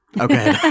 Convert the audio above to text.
okay